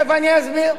תיכף אני אסביר.